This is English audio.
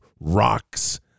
rocks